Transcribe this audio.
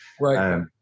Right